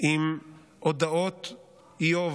עם הודעות איוב,